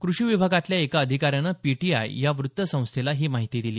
कृषी विभागतल्या एका अधिकाऱ्यानं पीटीआय या व्तसंस्थेला ही माहिती दिली